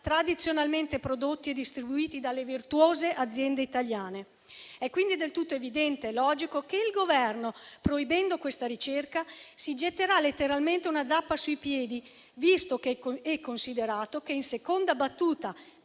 tradizionalmente prodotti e distribuiti dalle virtuose aziende italiane. È quindi del tutto evidente e logico che il Governo, proibendo questa ricerca, si getterà letteralmente una zappa sui piedi, visto e considerato che in seconda battuta,